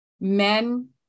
men